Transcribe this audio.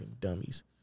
dummies